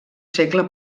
segle